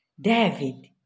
David